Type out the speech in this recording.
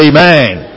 Amen